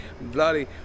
bloody